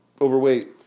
overweight